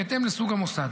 בהתאם לסוג המוסד.